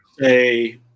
say